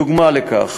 דוגמה לכך,